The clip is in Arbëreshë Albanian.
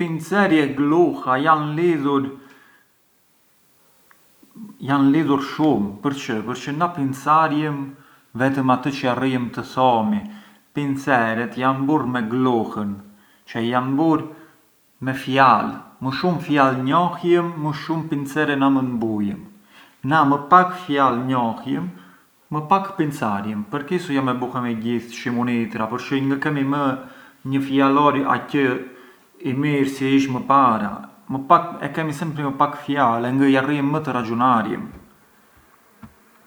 Pinceri e gluha jan lidhur… jan lidhur shumë perçë? Përçë na pincarjëm vetë atë çë jarrëjëm të thomi, pinceret jan burë me gluhën, cioè jan burë me fjalë, më shumë fjalë njohjëm, më shumë pincere na mënd bujëm, na më pak fjalë njohjëm, më pak pincarjëm, përkisu me buhemi gjithë shimunitëra, përçë ngë kemi më një fjalor aqë i mirë si ish më parë, e kemi… e kemi sempri më pak fjalë e ngë jarrëjëm më të raxhunarjëm.